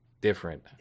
different